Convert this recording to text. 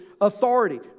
authority